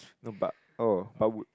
no but oh but would